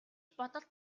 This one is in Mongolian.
бодолд